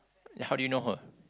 yeah how do you know her